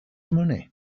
money